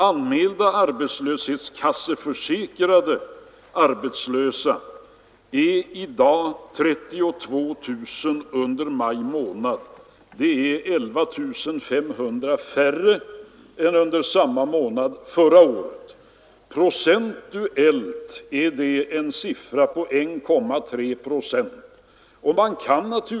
Anmälda arbetslöshetskasseförsäkrade arbetslösa är under maj månad i år 32 000. Det är 11 500 färre än under samma månad förra året, och det motsvarar 1,3 procent av de fackligt organiserade.